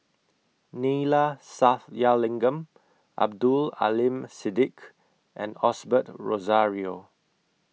Neila Sathyalingam Abdul Aleem Siddique and Osbert Rozario